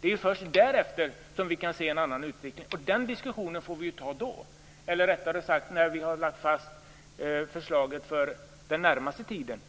Det är först därefter som vi kan se en annan utveckling, och den diskussionen får vi ju ta då - eller rättare sagt när vi har lagt fast förslaget för den närmaste tiden.